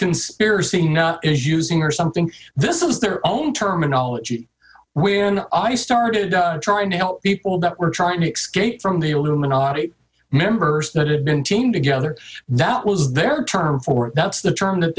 conspiracy nut is using or something this is their own terminology when i started trying to help people that were trying to excuse from the illuminati members that have been team together that was their term for it that's the term that